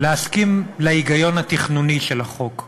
להסכים להיגיון התכנוני של החוק.